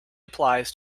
applies